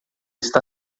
está